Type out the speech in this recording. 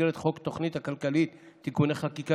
במסגרת חוק התוכנית הכלכלית (תיקוני חקיקה